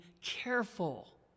careful